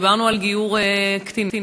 דיברנו על גיור קטינים,